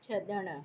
छड॒णु